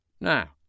Now